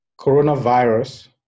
coronavirus